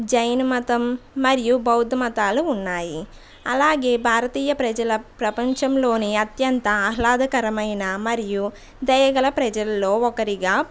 జైన మతం మరియు బౌద్ధ మతాలు ఉన్నాయి అలాగే భారతీయ ప్రజల ప్రపంచంలోని అత్యంత ఆహ్లాదకరమైన మరియు దయగల ప్రజల్లో ఒకరిగా